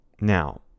Now